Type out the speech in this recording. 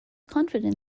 confidence